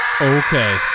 Okay